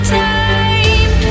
time